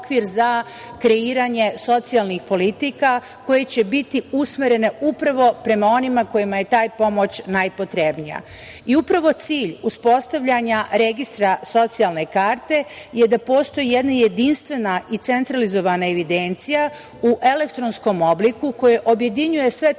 cilj uspostavljanja registra socijalne karte je da postoji jedna jedinstvena i centralizovana evidencija u elektronskom obliku koja objedinjuje sve te